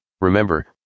Remember